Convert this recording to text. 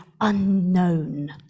unknown